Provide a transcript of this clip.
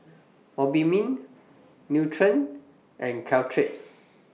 Obimin Nutren and Caltrate